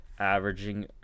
averaging